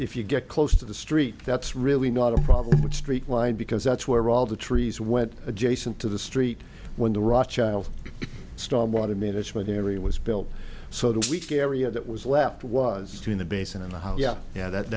if you get close to the street that's really not a problem with straight line because that's where all the trees went adjacent to the street when the raw child stormwater management area was built so the weak area that was left was still in the basin and how yeah yeah that